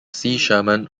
sherman